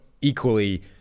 equally